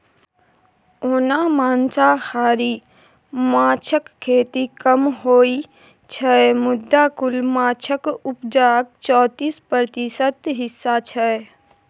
ओना मांसाहारी माछक खेती कम होइ छै मुदा कुल माछक उपजाक चौतीस प्रतिशत हिस्सा छै